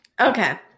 okay